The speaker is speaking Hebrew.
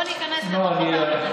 בוא ניכנס ונראה,